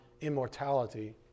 immortality